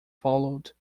followed